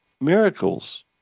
miracles